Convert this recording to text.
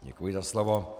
Děkuji za slovo.